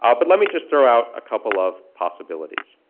ah but let me just throw out a couple of possibilities.